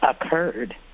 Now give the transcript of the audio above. occurred